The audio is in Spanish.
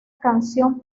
canción